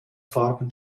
farben